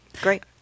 great